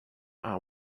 are